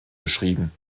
beschrieben